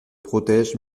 protège